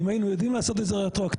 אם היינו יודעים לעשות את זה רטרואקטיבית,